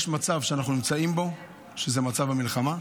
יש מצב שאנחנו נמצאים בו, שזה מצב המלחמה,